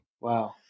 Wow